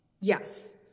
Yes